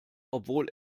obwohl